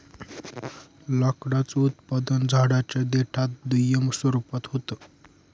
लाकडाचं उत्पादन झाडांच्या देठात दुय्यम स्वरूपात होत